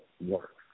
works